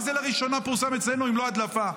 מה זה "לראשונה פורסם אצלנו" אם לא הדלפה?